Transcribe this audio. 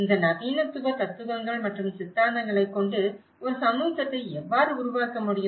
இந்த நவீனத்துவ தத்துவங்கள் மற்றும் சித்தாந்தங்களைக் கொண்டு ஒரு சமூகத்தை எவ்வாறு உருவாக்க முடியும்